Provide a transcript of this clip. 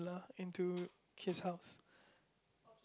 lah into his house